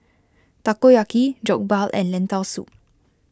Takoyaki Jokbal and Lentil Soup